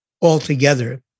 altogether